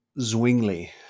Zwingli